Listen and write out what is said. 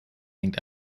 hängt